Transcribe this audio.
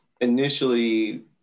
initially